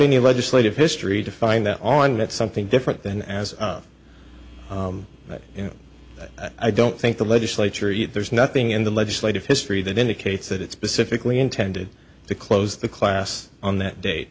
any legislative history to find that on that something different than as you know i don't think the legislature yet there's nothing in the legislative history that indicates that it's pacifically intended to close the class on that date